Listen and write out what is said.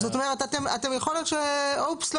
זאת אומרת יכול להיות שאתם אופְּס לא